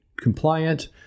compliant